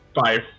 Five